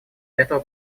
этого